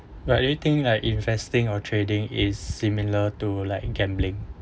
but do you think like investing or trading is similar to like gambling